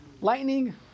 Lightning